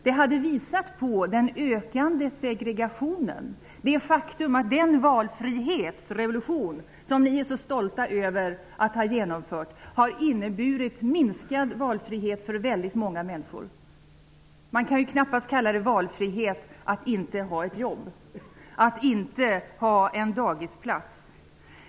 Det skulle ha visat på den ökande segregationen och på det faktum att den valfrihetsrevolution som ni är så stolta över att ha genomfört har inneburit minskad valfrihet för väldigt många människor. Att inte ha ett jobb och att inte ha en dagisplats är knappast valfrihet.